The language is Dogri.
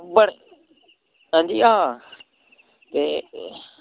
ते बड़े हांजी हां ते